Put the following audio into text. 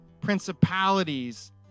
principalities